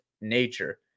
nature